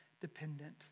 dependent